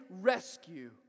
rescue